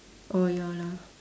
oh ya lah